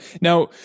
Now